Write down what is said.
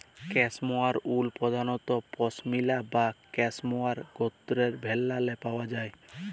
cashmere wool পধালত পশমিলা বা ক্যাসমোয়ার গত্রের ভেড়াল্লে পাউয়া যায়